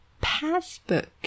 Passbook